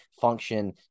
function